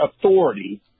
authority